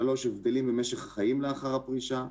3. הבדלים במשך החיים לאחר הפרישה.